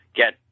get